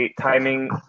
timing